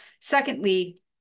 secondly